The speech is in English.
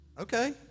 Okay